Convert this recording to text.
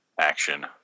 action